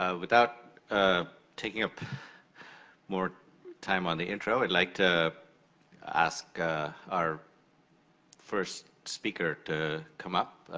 ah without ah taking up more time on the intro, i'd like to ask our first speaker to come up.